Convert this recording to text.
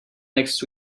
next